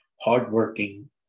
hardworking